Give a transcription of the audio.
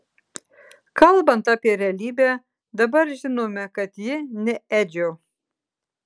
kalbant apie realybę dabar žinome kad ji ne edžio